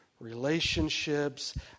relationships